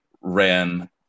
ran